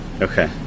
Okay